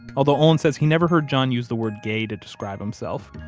although olin says he never heard john use the word gay to describe himself.